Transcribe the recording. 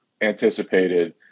anticipated